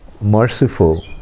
merciful